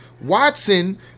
Watson